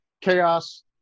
chaos